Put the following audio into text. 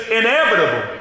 inevitable